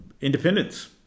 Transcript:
independence